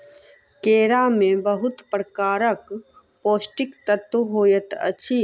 केरा में बहुत प्रकारक पौष्टिक तत्व होइत अछि